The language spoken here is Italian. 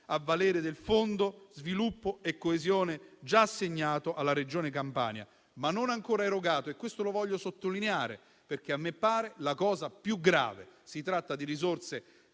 a valere del Fondo sviluppo e coesione già assegnato alla Regione Campania, ma non ancora erogato. Voglio sottolineare questo aspetto perché a me pare la cosa più grave; si tratta di risorse